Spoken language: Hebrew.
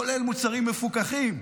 כולל מוצרים מפוקחים.